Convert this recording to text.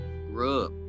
rub